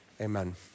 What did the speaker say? amen